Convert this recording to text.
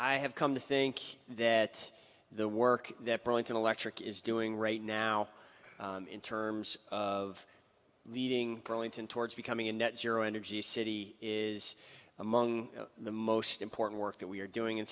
i have come to think that the work that burlington electric is doing right now in terms of leading burlington towards becoming a net zero energy city is among the most important work that we're doing